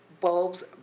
bulbs